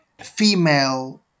female